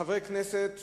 כחברי כנסת